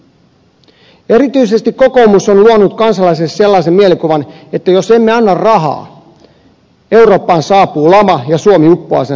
erityisesti kokoomus on luonut kansalaisille sellaisen mielikuvan että jos emme anna rahaa eurooppaan saapuu lama ja suomi uppoaa sen seurauksena